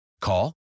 Call